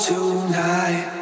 Tonight